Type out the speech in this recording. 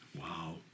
Wow